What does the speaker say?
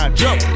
jump